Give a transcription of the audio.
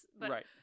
Right